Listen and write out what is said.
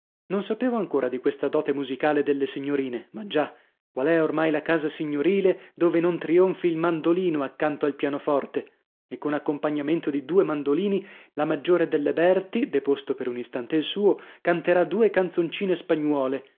non sapevo ancora di questa dote musicale delle signorine ma già qual è oramai la casa signorile dove non trionfi il mandolino accanto al pianoforte e con accompagnamento di due mandolini la maggiore delle berti deposto per un istante il suo canterà due canzoncine spagnuole